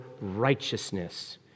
righteousness